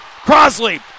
Crosley